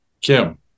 Kim